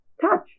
touch